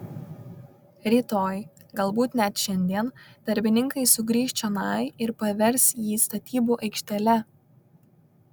rytoj galbūt net šiandien darbininkai sugrįš čionai ir pavers jį statybų aikštele